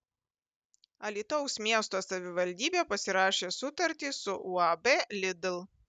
alytaus miesto savivaldybė pasirašė sutartį su uab lidl